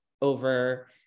over